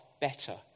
better